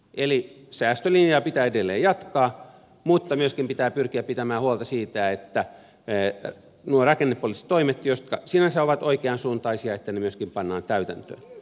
eli säästölinjaa pitää edelleen jatkaa mutta myöskin pitää pyrkiä pitämään huolta siitä että nuo rakennepoliittiset toimet jotka sinänsä ovat oikeansuuntaisia myöskin pannaan täytäntöön